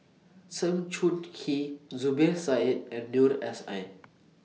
Sng Choon Yee Zubir Said and Noor S I